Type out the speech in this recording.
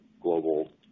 global